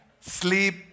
sleep